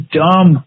dumb